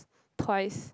twice